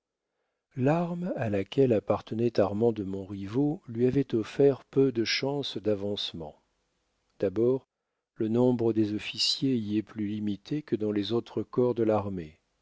l'arme à laquelle appartenait armand de montriveau lui avait offert peu de chances d'avancement d'abord le nombre des officiers y est plus limité que dans les autres corps de l'armée